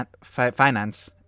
finance